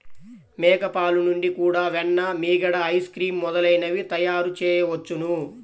మేక పాలు నుండి కూడా వెన్న, మీగడ, ఐస్ క్రీమ్ మొదలైనవి తయారుచేయవచ్చును